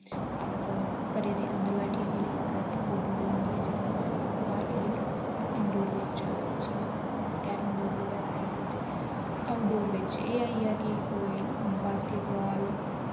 अस घरै दे अंदर बैठियै खेली सकदे ते आउटडोर ओ होंदियां जेह्ड़ियां अस बाह्र खेली सकदे इंडोर बिच जि'यां कैरम बोर्ड वगैरा आइया ते आउटडोर बिच एह् आइया कि कोई बास्केट बाल